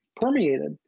permeated